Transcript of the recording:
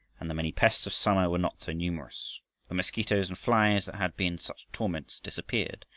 and the many pests of summer were not so numerous. the mosquitoes and flies that had been such torments disappeared,